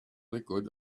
liquid